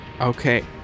Okay